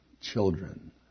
children